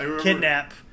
kidnap